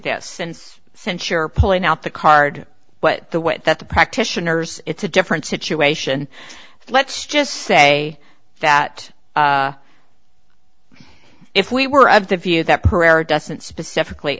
this since since you're pulling out the card but the way that the practitioners it's a different situation let's just say that if we were of the view that herrera doesn't specifically